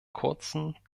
kurzen